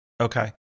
Okay